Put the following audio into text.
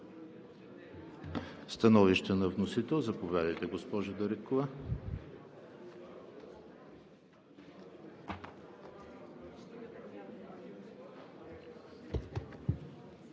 Становище на вносител. Заповядайте, госпожо Дариткова.